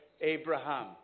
Abraham